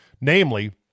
Namely